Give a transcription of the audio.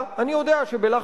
אין בו דיור בר-השגה.